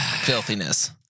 filthiness